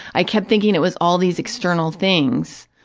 i kept thinking it was all these external things,